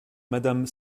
madame